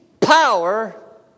power